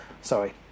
Sorry